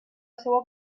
seua